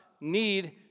need